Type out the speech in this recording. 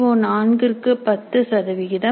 CO4 க்கு 10 சதவிகிதம்